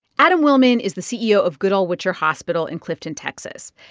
adam willmann is the ceo of goodall-witcher hospital in clifton, texas.